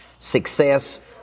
success